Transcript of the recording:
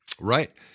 Right